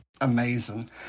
amazing